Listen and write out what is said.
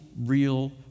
real